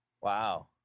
Wow